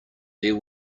there